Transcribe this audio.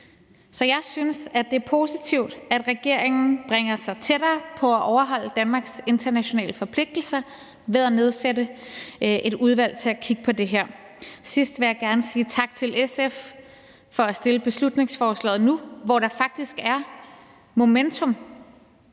Så jeg synes, at det er positivt, at regeringen bringer sig tættere på at overholde Danmarks internationale forpligtelser ved at nedsætte et udvalg til at kigge på det her. Sidst vil jeg gerne sige tak til SF for at fremsætte beslutningsforslaget nu, hvor der faktisk er momentum